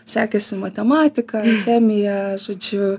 sekėsi matematika chemija žodžiu